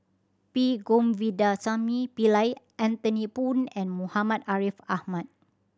P Govindasamy Pillai Anthony Poon and Muhammad Ariff Ahmad